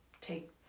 take